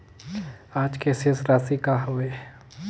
आज के शेष राशि का हवे?